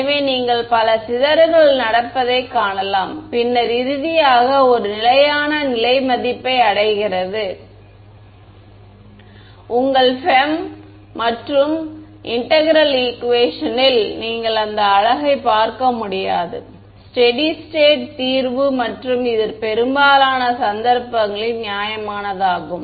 எனவே நீங்கள் பல சிதறல்கள் நடப்பதைக் காணலாம் பின்னர் இறுதியாக ஒரு நிலையான நிலை மதிப்பை அடைகிறது உங்கள் FEM மற்றும் இன்டெக்ரல் ஈகுவேஷன் ல் நீங்கள் அந்த அழகைப் பார்க்க முடியாது ஸ்டெடி ஸ்டேட் தீர்வு மற்றும் இது பெரும்பாலான சந்தர்ப்பங்களில் நியாயமானதாகும்